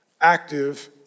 active